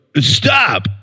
stop